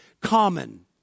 Common